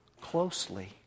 closely